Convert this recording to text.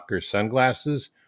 sunglasses